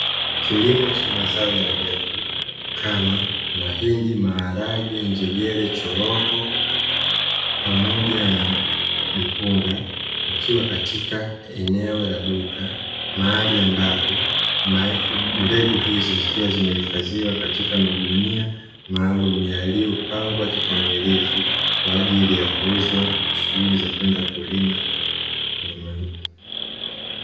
Kilimo cha mazao ya mbegu kama: mahindi, maharage, njegele, choroko, pamoja na mpunga; ukiwa katika eneo la duka, mahali ambapo mbegu hizo zikiwa zimehifadhiwa katika magunia maalumu yaliyopangwa kikamilifu kwa ajili ya kuuzwa kwa shughuli za kwenda kulima.